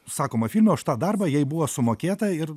sakoma filme už tą darbą jai buvo sumokėta ir